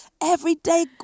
Everyday